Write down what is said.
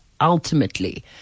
ultimately